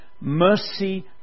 mercy